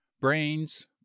brains